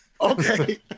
Okay